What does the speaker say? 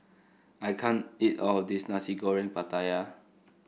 I can't eat all of this Nasi Goreng Pattaya